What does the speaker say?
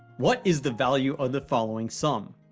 what is the value of the following sum?